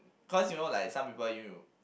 cause you know like some people you